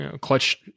clutch